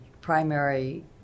primary